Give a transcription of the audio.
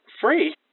free